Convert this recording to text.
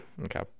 Okay